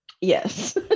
Yes